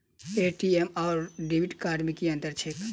ATM आओर debit card मे की अंतर छैक?